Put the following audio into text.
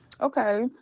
okay